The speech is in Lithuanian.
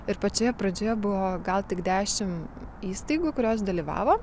ir pačioje pradžioje buvo gal tik dešim įstaigų kurios dalyvavo